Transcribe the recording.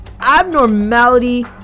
abnormality